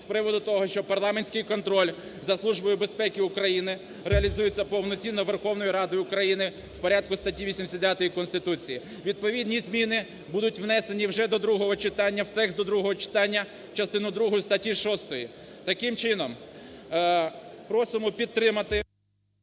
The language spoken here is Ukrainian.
з приводу того, що парламентський контроль за Службою безпеки України реалізується повноцінно Верховною Радою України в порядку статті 89 Конституції. Відповідні зміни будуть внесені вже до другого читання, в текст до другого читання в частину другу статті 6. Таким чином просимо підтримати....